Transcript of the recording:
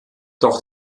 doch